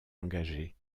engagés